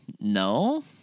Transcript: No